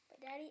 Daddy